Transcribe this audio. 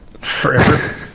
Forever